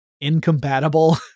incompatible